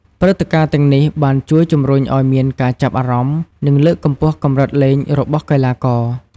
ព្រឹត្តិការណ៍ទាំងនេះបានជួយជំរុញឲ្យមានការចាប់អារម្មណ៍ និងលើកកម្ពស់កម្រិតលេងរបស់កីឡាករ។